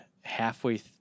halfway